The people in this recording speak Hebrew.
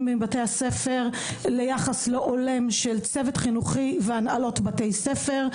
מבתי הספר ליחס לא הולם של צוות חינוכי ושל הנהלות בתי ספר.